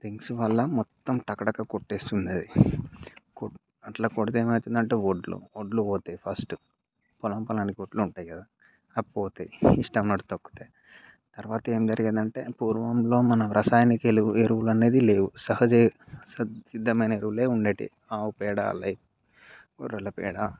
rings వల్ల మొత్తం టక టక కొట్టేస్తుంది అది కోట్ అట్లా కొడితే ఏమైతుంది అంటే వడ్లు వడ్లు పోతాయ్ ఫస్టు పొలం పొలానికి వడ్లు ఉంటాయి కదా అవి పోతాయి దాని తర్వాత ఏమి జరిగింది అంటే పూర్వంలో మన రసాయనక ఎలు ఎరువులు అనేవి లేవు సహజ సద్ సిద్ సిద్ధమైన ఎరువులే ఉండేటివి ఆవుపేడ లైక్ గొర్రెల పెడ